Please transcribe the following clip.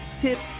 tips